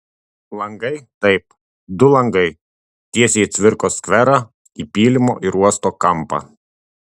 langai taip du langai tiesiai į cvirkos skverą į pylimo ir uosto kampą